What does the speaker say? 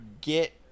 get